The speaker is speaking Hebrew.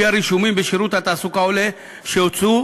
מהרישומים בשירות התעסוקה עולה שהוצאו